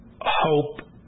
hope